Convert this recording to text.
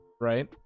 right